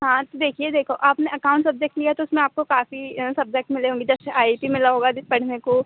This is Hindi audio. हाँ तो देखिए देखो आपने अकाउंट सब्जेक्ट लिया तो उसमें आपको काफ़ी सब्जेक्ट मिले होंगे जैसे आई टी मिला होगा अभी पढ़ने को